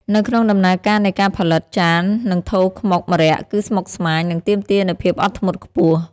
នៅក្នុងដំណើរការនៃការផលិត ចាន និងថូខ្មុកម្រ័ក្សណ៍គឺស្មុគស្មាញ និងទាមទារនូវភាពអត់ធ្មត់ខ្ពស់។